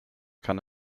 kann